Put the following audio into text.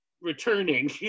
returning